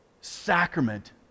sacrament